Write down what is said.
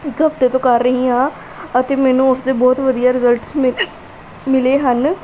ਇੱਕ ਹਫਤੇ ਤੋਂ ਕਰ ਰਹੀ ਹਾਂ ਅਤੇ ਮੈਨੂੰ ਉਸਦੇ ਬਹੁਤ ਵਧੀਆ ਰਿਜ਼ਲਟਸ ਮਿਲ ਮਿਲੇ ਹਨ